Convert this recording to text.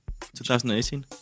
2018